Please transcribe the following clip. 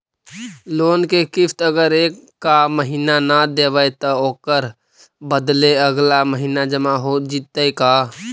Loan के किस्त अगर एका महिना न देबै त ओकर बदले अगला महिना जमा हो जितै का?